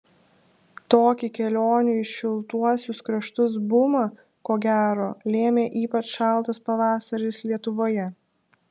tokį kelionių į šiltuosius kraštus bumą ko gero lėmė ypač šaltas pavasaris lietuvoje